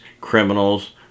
criminals